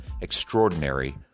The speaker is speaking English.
Extraordinary